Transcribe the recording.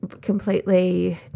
completely